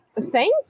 Thank